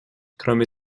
кроме